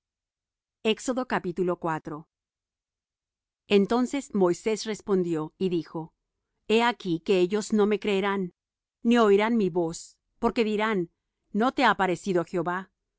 despojaréis á egipto entonces moisés respondió y dijo he aquí que ellos no me creerán ni oirán mi voz porque dirán no te ha aparecido jehová y jehová